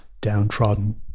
downtrodden